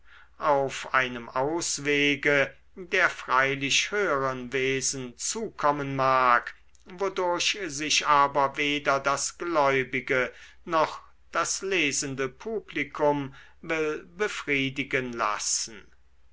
auf einem auswege der freilich höheren wesen zukommen mag wodurch sich aber weder das gläubige noch das lesende publikum will befriedigen lassen